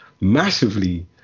massively